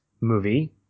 movie